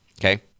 Okay